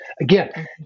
Again